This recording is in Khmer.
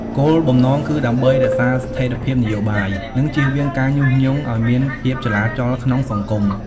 គោលបំណងគឺដើម្បីរក្សាស្ថិរភាពនយោបាយ និងជៀសវាងការញុះញង់ឱ្យមានភាពចលាចលក្នុងសង្គម។